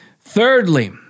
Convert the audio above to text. Thirdly